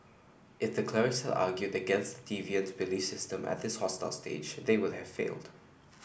it's a clerics argued against deviants belief system at this hostile stage they would have failed